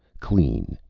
clean,